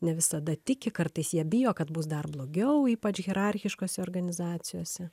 ne visada tiki kartais jie bijo kad bus dar blogiau ypač hierarchiškose organizacijose